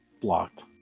blocked